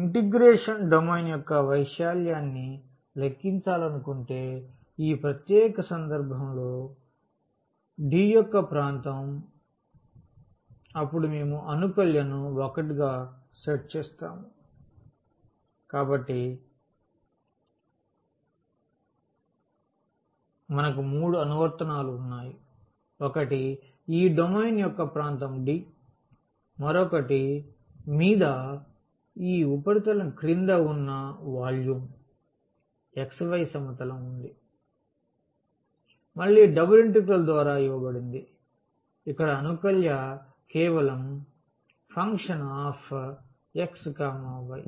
integration domain యొక్క వైశాల్యాన్ని లెక్కించాలనుకుంటే ఈ ప్రత్యేక సందర్భంలో D యొక్క ప్రాంతం అప్పుడు మేము ఈ అనుకల్యను 1 గా సెట్ చేస్తాము కాబట్టి మనకు మూడు అనువర్తనాలు ఉన్నాయి ఒకటి ఈ డొమైన్ యొక్క ప్రాంతం D మరొకటి మీద ఈ ఉపరితలం క్రింద ఉన్న వాల్యూమ్ xy సమతలం ఇది మళ్ళీ డబుల్ ఇంటిగ్రల్ ద్వారా ఇవ్వబడింది ఇక్కడ అనుకల్య కేవలం f x y